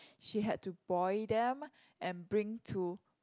she had to boil them and bring to